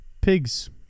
pig's